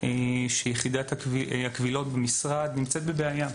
שיחידת הקבילות במשרד נמצאת בבעיה,